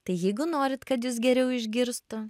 tai jeigu norit kad jus geriau išgirstų